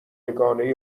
یگانه